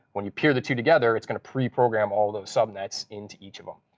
when you peer the two together, it's going to preprogram all those subnets into each of them.